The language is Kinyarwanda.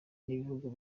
n’ibihugu